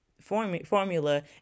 formula